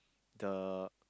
the